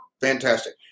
Fantastic